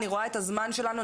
אני רואה את הזמן שלנו,